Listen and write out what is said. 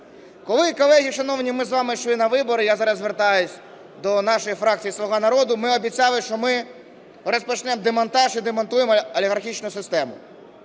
Коли, колеги шановні, ми з вами йшли на вибори, я зараз звертаюся до нашої фракції "Слуга народу", ми обіцяли, що ми розпочнемо демонтаж і демонтуємо олігархічну систему.